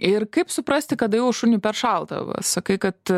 ir kaip suprasti kada jau šuniui per šalta va sakai kad